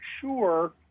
sure